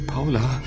Paula